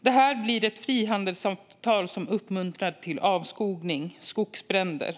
Det blir ett frihandelsavtal som uppmuntrar till avskogning och skogsbränder.